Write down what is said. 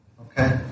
okay